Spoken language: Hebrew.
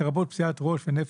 לרבות פציעת ראש ונפש,